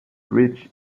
reached